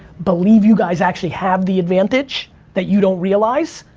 believe you guys actually have the advantage that you don't realize,